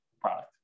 product